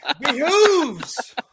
Behooves